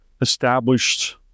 established